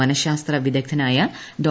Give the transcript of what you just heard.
മനശാസ്ത്ര വിദഗ്ദ്ധനായ ഡോ